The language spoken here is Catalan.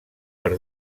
per